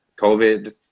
COVID